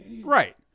Right